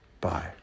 Bye